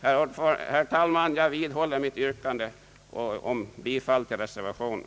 Herr talman, jag vidhåller mitt yrkande om bifall till reservationen